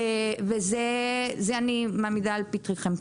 את זה אני מעמידה לפתחכם.